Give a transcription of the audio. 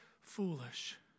foolish